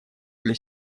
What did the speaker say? для